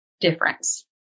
difference